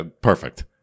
Perfect